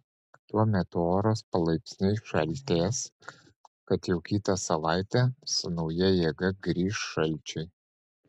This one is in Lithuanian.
tuo metu oras palaipsniui šaltės tad jau kitą savaitę su nauja jėga grįš šalčiai